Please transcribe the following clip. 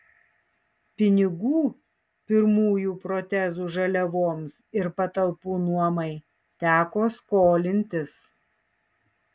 pinigų pirmųjų protezų žaliavoms ir patalpų nuomai teko skolintis